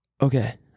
okay